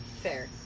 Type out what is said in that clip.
Fair